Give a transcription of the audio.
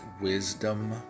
wisdom